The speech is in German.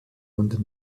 und